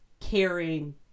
caring